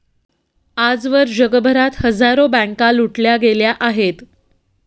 आजवर जगभरात हजारो बँका लुटल्या गेल्या आहेत